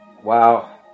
Wow